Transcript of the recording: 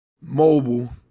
mobile